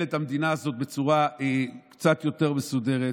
את המדינה הזאת בצורה קצת יותר מסודרת,